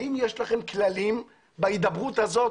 האם יש לכם כללים בהידברות הזאת?